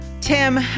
Tim